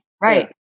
Right